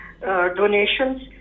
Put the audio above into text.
donations